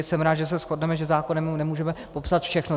Jsem rád, že se shodneme, že zákonem nemůžeme popsat všechno.